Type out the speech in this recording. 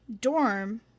dorm